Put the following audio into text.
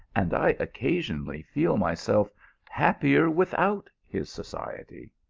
and i occasionally feel myself happier without his society.